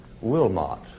Wilmot